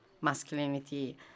masculinity